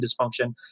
dysfunction